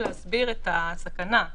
להסביר את הסכנה,